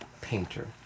painter